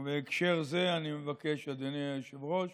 ובהקשר זה אני מבקש, אדוני היושב-ראש,